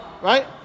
right